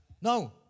No